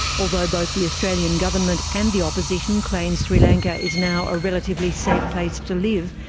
although both the australian government and the opposition claim sri lanka is now a relatively safe place to live,